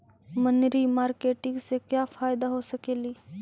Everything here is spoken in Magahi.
मनरी मारकेटिग से क्या फायदा हो सकेली?